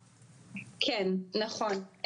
כן, נכון.